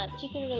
chicken